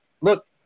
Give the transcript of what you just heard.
look